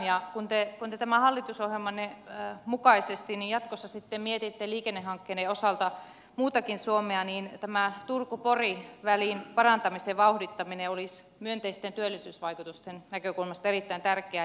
ja kun te tämän hallitusohjelmanne mukaisesti jatkossa sitten mietitte liikennehankkeiden osalta muutakin suomea niin tämä turkupori välin parantamisen vauhdittaminen olisi myönteisten työllisyysvaikutusten näkökulmasta erittäin tärkeää